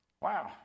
wow